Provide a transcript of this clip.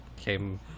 came